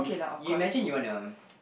imagine you wanna